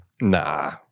Nah